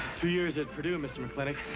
two years at purdue, mr. mclintock,